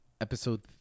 episode